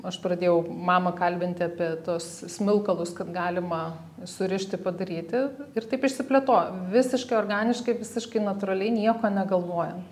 aš pradėjau mamą kalbinti apie tuos smilkalus kad galima surišti padaryti ir taip išsiplėtojo visiškai organiškai visiškai natūraliai nieko negalvojan